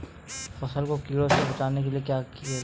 फसल को कीड़ों से बचाने के लिए क्या करें?